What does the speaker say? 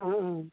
অঁ অঁ